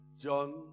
John